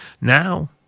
now